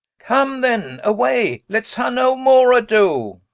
come then away, lets ha no more adoo